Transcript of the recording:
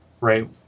right